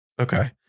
Okay